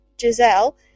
Giselle